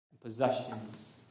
possessions